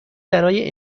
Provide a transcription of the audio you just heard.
برای